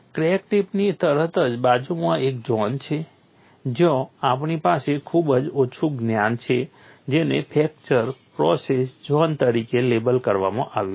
crack ટિપની તરત જ બાજુમાં એક ઝોન છે જ્યાં આપણી પાસે ખૂબ જ ઓછું જ્ઞાન છે જેને ફ્રેક્ચર પ્રોસેસ ઝોન તરીકે લેબલ કરવામાં આવ્યું છે